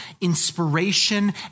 inspiration